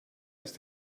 ist